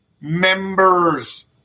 members